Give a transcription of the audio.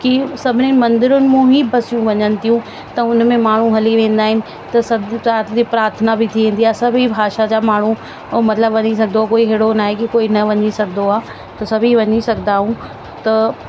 की सभिनी मंदिरनि मूं ई बसूं वञनि थियूं त उन में माण्हूं हली वेंदा आहिनि त सभु राति जी प्रार्थना बि थी वेंदी आहे सभी भाषा जा माण्हूं मतिलब वञी सघिदो कोई अहिड़ो न आहे की मतिलब न वञी सघंदो आहे त सभी वञी सघंदा ऐं त